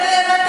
אני יודעת,